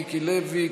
מיקי לוי,